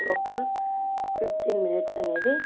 ఒక్క fifteen minutes అనేది